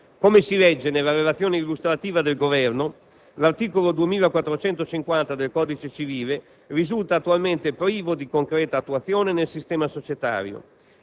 Come si legge nella relazione illustrativa del Governo, l'articolo 2450 del codice civile risulta attualmente privo di concreta attuazione nel sistema societario